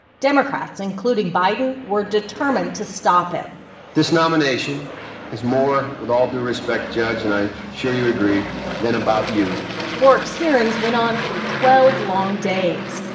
democrats, including biden, were determined to stop him this nomination is more with all due respect, judge, and i'm sure you agree than about you bork's hearings went on for twelve long days.